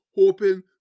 hoping